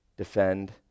defend